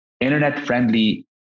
internet-friendly